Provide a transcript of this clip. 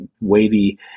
wavy